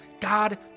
God